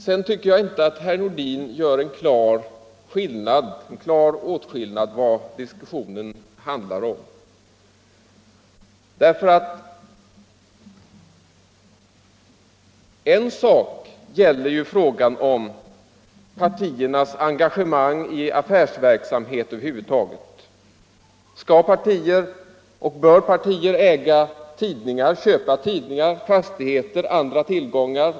Jag tycker inte att herr Nordin klart skiljer ut vad den här diskussionen handlar om. En sak är ju frågan om partiernas engagemang i affärsverksamhet över huvud taget. Skall och bör partier köpa tidningar, äga fastigheter och ha andra tillgångar?